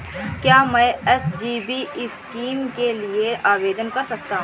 क्या मैं SGB scheme के लिए आवेदन कर सकता हूँ?